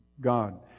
God